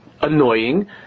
annoying